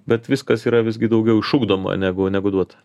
bet viskas yra visgi daugiau išugdoma negu negu duota